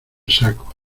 saco